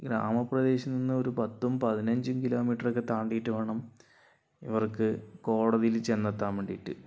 ഗ്രാമ പ്രദേശത്തു നിന്ന് ഒരു പത്തും പതിനഞ്ചും കിലോമീറ്റർ ഒക്കെ താണ്ടിയിട്ട് വേണം ഇവർക്ക് കോടതീല് ചെന്നെത്താൻ വേണ്ടിയിട്ട്